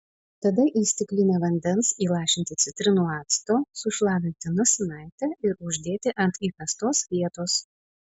tada į stiklinę vandens įlašinti citrinų acto sušlapinti nosinaitę ir uždėti ant įkastos vietos